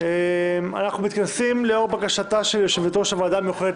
אנחנו מתכנסים לאור בקשתה של יושבת-ראש הוועדה המיוחדת